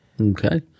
Okay